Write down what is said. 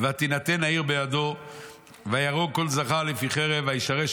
ותינתן העיר בידו ויהרוג כל זכר לפי חרב וישרש